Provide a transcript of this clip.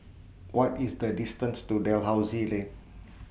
What IS The distance to Dalhousie Lane